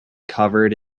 covered